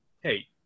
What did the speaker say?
hey